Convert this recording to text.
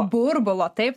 burbulo taip